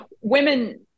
women